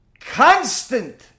constant